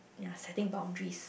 ya setting boundaries